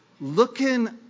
looking